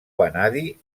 vanadi